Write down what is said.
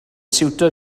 siwtio